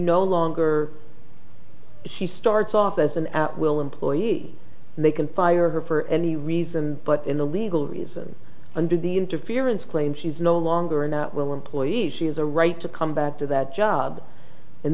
no longer he starts off as an at will employee they can fire her for any reason but in a legal reason under the interference claim she's no longer not will employees she has a right to come back to that job